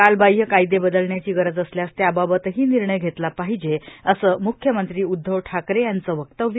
कालबाहय कायदे बदलण्याची गरज असल्यास त्याबाबतही निर्णय घेतला पाहिजे असं म्ख्यमंत्री उध्दव ठाकरे यांचे वक्तव्य